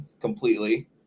completely